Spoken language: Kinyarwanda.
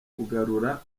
kugarura